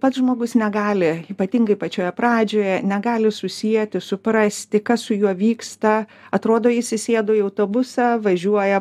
pats žmogus negali ypatingai pačioje pradžioje negali susieti suprasti kas su juo vyksta atrodo jis įsėdo į autobusą važiuoja